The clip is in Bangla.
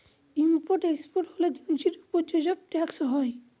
ইম্পোর্ট এক্সপোর্টার হলে জিনিসের উপর যে সব ট্যাক্স হয়